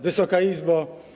Wysoka Izbo!